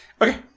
Okay